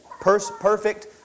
Perfect